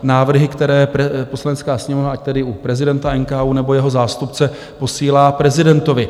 Návrhy, které Poslanecká sněmovna ať tedy u prezidenta NKÚ, nebo jeho zástupce posílá prezidentovi.